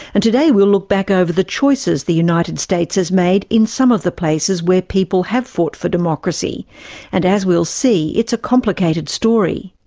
and today we'll look back over the choices the united states has made in some of the places where people have fought for democracy and, as we'll see, it's a complicated story.